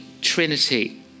Trinity